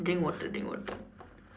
drink water drink water